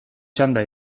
txanda